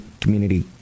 community